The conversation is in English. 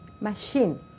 machine